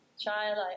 child